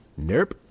Nerp